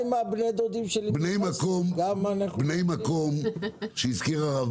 בני מקום שהזכיר הרב